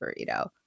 burrito